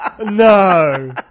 no